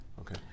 Okay